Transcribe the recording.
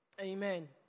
Amen